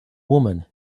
woman